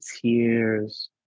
tears